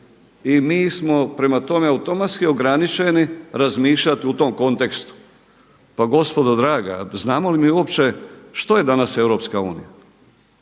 i mi smo prema tome automatski ograničeni razmišljati u tom kontekstu. Pa gospodo draga, znamo li mi uopće što je danas EU? Pa nama